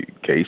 case